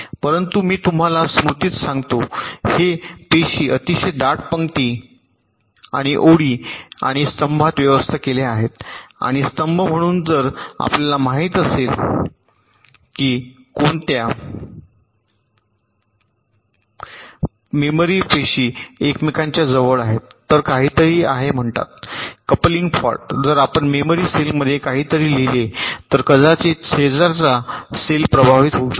परंतु मी तुम्हाला स्मृतीत सांगतो हे पेशी अतिशय दाट पंक्ती आणि ओळी आणि स्तंभात व्यवस्था केल्या आहेत आणि स्तंभ म्हणून जर आपल्याला माहित असेल की कोणत्या मेमरी पेशी एकमेकांच्या जवळ आहेत तर काहीतरी आहे म्हणतात कपलिंग फॉल्ट जर आपण मेमरी सेलमध्ये काहीतरी लिहिले तर कदाचित शेजारचा सेल प्रभावित होऊ शकतो